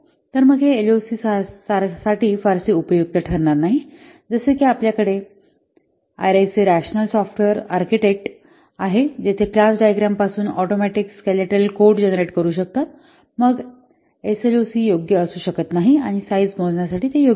तर मग हे एसएलओसी फारसे उपयुक्त ठरणार नाही जसे की आपल्याकडे आरएसए रॅशनल सॉफ्टवेअर आर्किटेक्ट आहे जेथे क्लास डायग्राम पासून ऑटोमॅटिक स्केलेटल कोड जनरेट करू शकता मग एसएलओसी योग्य असू शकत नाही आणि साईझ मोजण्यासाठी ते योग्य नाही